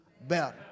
better